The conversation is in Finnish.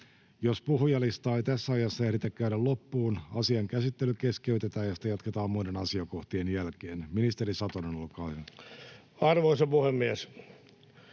Jos puhujalistaa ei tässä ajassa ehditä käydä loppuun, asian käsittely keskeytetään ja sitä jatketaan muiden asiakohtien jälkeen. — Ministeri Satonen, olkaa hyvä. [Speech